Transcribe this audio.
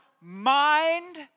mind